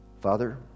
Father